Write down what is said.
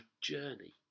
journey